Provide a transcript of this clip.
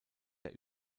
der